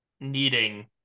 needing